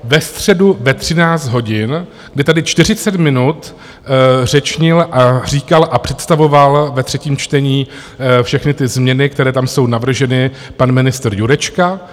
Ve středu ve 13 hodin, kdy tady 40 minut řečnil a říkal a představoval ve třetím čtení všechny ty změny, které tam jsou navrženy, pan ministr Jurečka.